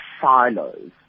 silos